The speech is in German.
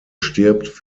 stirbt